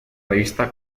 revista